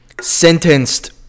Sentenced